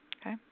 Okay